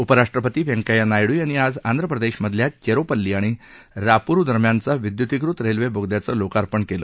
उपराष्ट्रपती व्यंकय्या नायडू यांनी आज आंध्रप्रदेश मधल्या चेरोपल्ली आणि रापुरूदरम्यानचा विद्युतीकृत रेल्वे बोगद्याचं लोकार्पण केलं